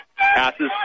Passes